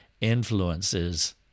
influences